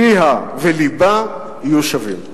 פיה ולבה יהיו שווים.